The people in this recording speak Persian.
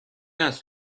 است